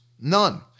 None